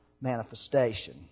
manifestation